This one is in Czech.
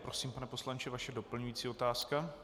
Prosím, pane poslanče, vaše doplňující otázka.